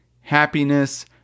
happiness